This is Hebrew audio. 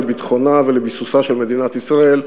לביטחונה ולביסוסה של מדינת ישראל,